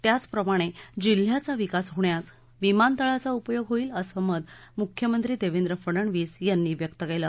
त्याप्रमाणे जिल्ह्याचा विकास होण्यास विमानतळाचा उपयोग होईल असं मत मुख्यमंत्री देवेंद्र फडणवीस यांनी व्यक्त केलं